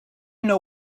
know